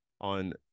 on